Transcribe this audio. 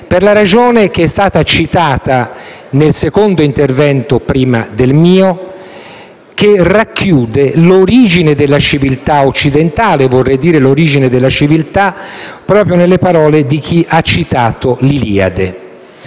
per la ragione che è stata citata nel secondo intervento prima del mio, che racchiude l'origine della civiltà occidentale - e vorrei dire, l'origine della civiltà - proprio nelle parole di chi ha citato l'Iliade.